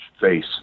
face